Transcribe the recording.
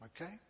Okay